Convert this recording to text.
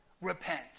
Repent